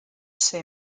ser